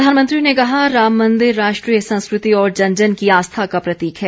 प्रधानमंत्री ने कहा राम मंदिर राष्ट्रीय संस्कृति और जन जन की आस्था का प्रतीक है